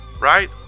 right